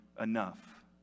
enough